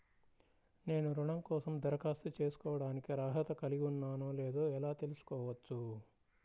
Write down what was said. నేను రుణం కోసం దరఖాస్తు చేసుకోవడానికి అర్హత కలిగి ఉన్నానో లేదో ఎలా తెలుసుకోవచ్చు?